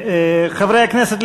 חברי הכנסת,